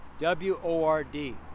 W-O-R-D